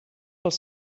pels